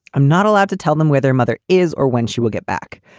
i'm not allowed to tell them where their mother is or when she will get back.